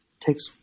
takes